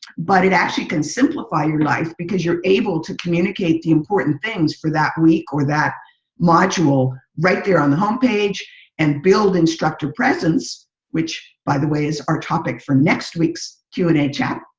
but it actually can simplify your life because you're able to communicate the important things for that week or that module right there on the home page and build the instructor presence which by the way, is our topic for next week's q and a chat.